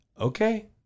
Okay